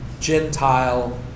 Gentile